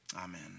Amen